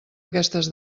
aquestes